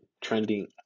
trending